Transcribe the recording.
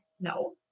no